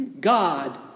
God